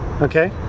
Okay